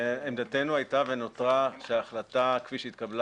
עמדתנו הייתה ונותרה שההחלטה כפי שהתקבלה